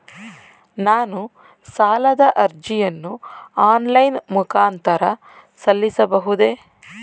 ನಾನು ಸಾಲದ ಅರ್ಜಿಯನ್ನು ಆನ್ಲೈನ್ ಮುಖಾಂತರ ಸಲ್ಲಿಸಬಹುದೇ?